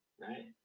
Right